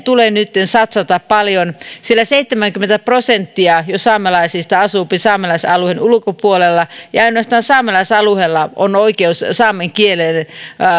tulee nytten satsata paljon sillä jo seitsemänkymmentä prosenttia saamelaisista asuu saamelaisalueen ulkopuolella ja ainoastaan saamelaisalueella on oikeus saamen kielen